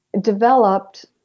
developed